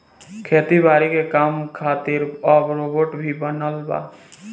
खेती बारी के काम खातिर अब रोबोट भी बनल बा